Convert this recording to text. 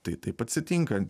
tai taip atsitinka